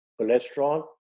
cholesterol